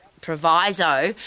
proviso